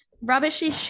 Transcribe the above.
rubbishy